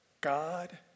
God